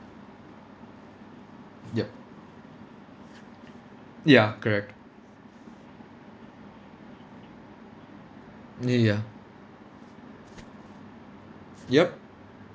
yup ya correct ya yup